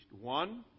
One